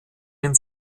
den